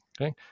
okay